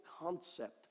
concept